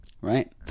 right